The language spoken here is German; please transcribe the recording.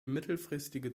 mittelfristige